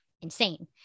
insane